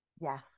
yes